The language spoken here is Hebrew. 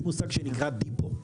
יש מושג שנקרא דיפו.